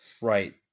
Right